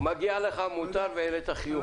מגיע לך, מותר, והעלית חיוך.